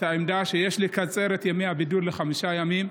את העמדה שיש לקצר את ימי הבידוד לחמישה ימים.